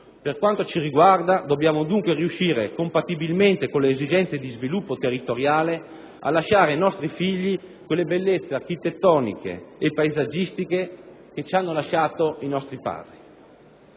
Per quanto ci riguarda, dobbiamo riuscire, compatibilmente con le esigenze di sviluppo territoriale, a lasciare ai nostri figli quelle bellezze architettoniche e paesaggistiche lasciateci dai nostri padri.